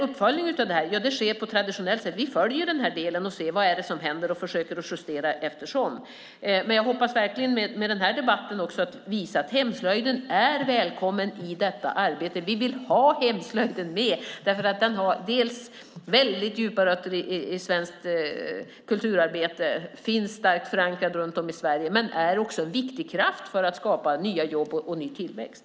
Uppföljning av detta sker på traditionellt sätt. Vi följer den här delen, ser vad som händer och försöker justera allteftersom. Jag hoppas verkligen att också den här debatten visar att hemslöjden är välkommen i detta arbete. Vi vill ha hemslöjden med. Den har väldigt djupa rötter i svenskt kulturarbete och finns starkt förankrad runt om i Sverige. Den är också en viktig kraft för att skapa nya jobb och ny tillväxt.